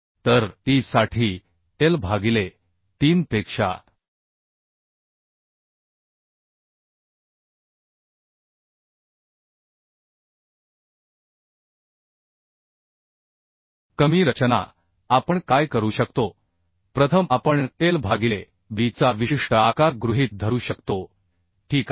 तर ई साठी l भागिले 3 पेक्षा कमी रचना आपण काय करू शकतो प्रथम आपण l भागिले b चा विशिष्ट आकार गृहीत धरू शकतो ठीक आहे